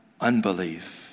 unbelief